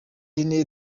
hene